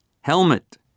Helmet